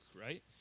right